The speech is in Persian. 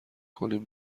کنیم